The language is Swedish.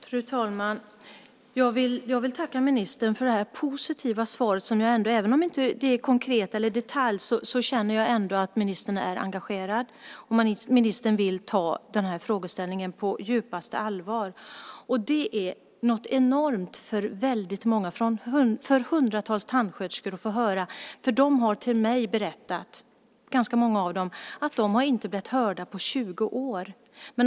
Fru talman! Jag vill tacka ministern för det positiva svaret. Även om det inte är konkret i detalj känner jag att ministern är engagerad och vill ta den här frågan på djupaste allvar. Det är något enormt för väldigt många - hundratals - tandsköterskor att höra. Många av dem har för mig berättat att de inte har blivit hörda på 20 år.